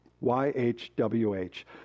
Y-H-W-H